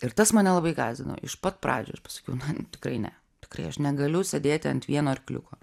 ir tas mane labai gąsdino iš pat pradžių aš pasakiau na tikrai ne tikrai aš negaliu sėdėti ant vieno arkliuko